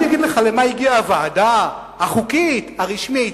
אני אגיד לך למה הגיעה הוועדה, החוקית, הרשמית,